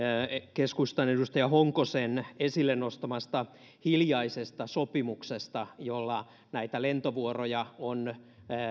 keskustan edustaja honkosen esille nostamasta hiljaisesta sopimuksesta jolla näitä lentovuoroja on